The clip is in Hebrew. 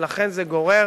ולכן זה גורר